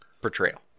portrayal